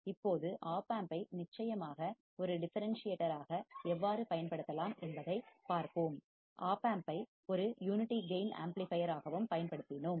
இப்போது ஓப்பாம்பை நிச்சயமாக ஒரு டிஃபரண்ட்சீயேட்டராக எவ்வாறு பயன்படுத்தலாம் என்பதைப் பார்ப்போம் ஓப்பம்பை ஒரு யூனிட்டி கேயின் ஆம்ப்ளிபையர் ஆகவும் பயன்படுத்தினோம்